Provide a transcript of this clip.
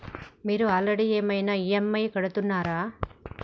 మీరు ఆల్రెడీ ఏమైనా ఈ.ఎమ్.ఐ కడుతున్నారా?